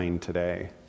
today